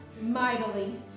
mightily